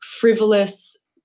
frivolous